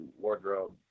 wardrobe